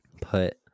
put